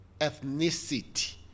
ethnicity